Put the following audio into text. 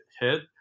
hit